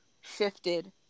shifted